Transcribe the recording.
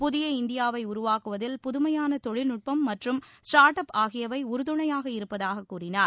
புதிய இந்தியாவை உருவாக்குவதில் புதுமையான தொழில்நுட்பம் மற்றும் ஸ்டார்ட் அப் ஆகியவை உறுதுணையாக இருப்பதாக கூறினார்